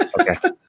Okay